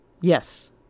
Yes